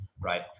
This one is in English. right